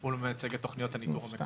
הוא לא מייצג את תוכניות הניטור המקומי.